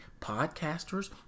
podcasters